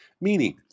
Meaning